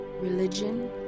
religion